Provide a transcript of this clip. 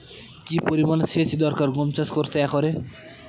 কি পরিমান সেচ দরকার গম চাষ করতে একরে?